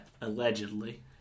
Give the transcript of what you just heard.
Allegedly